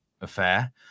affair